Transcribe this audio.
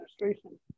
administration